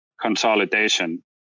consolidation